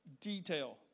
detail